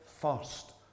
first